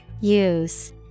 Use